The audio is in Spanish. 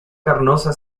carnosa